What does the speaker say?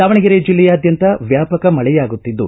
ದಾವಣಗೆರೆ ಜಿಲ್ಲಾದ್ಯಂತ ವ್ಯಾಪಕ ಮಳೆಯಾಗುತ್ತಿದ್ದು